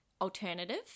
alternative